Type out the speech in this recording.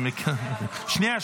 שנייה.